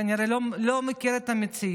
כנראה לא מכיר את המציאות.